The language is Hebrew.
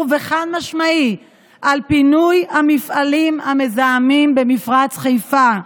וחד-משמעי על פינוי המפעלים המזהמים במפרץ חיפה,